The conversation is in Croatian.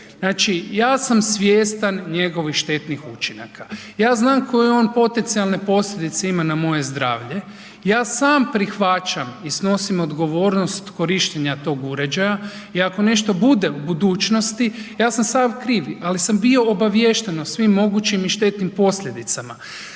znači ja sam svjestan njegovih štetnih učinaka, ja znam koje on potencijalne posljedice ima na moje zdravlje, ja sam prihvaćam i snosim odgovornost korištenja tog uređaja i ako nešto bude u budućnosti ja sam sam kriv, ali sam bio obaviješten o svim mogućim i štetnim posljedicama.